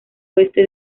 oeste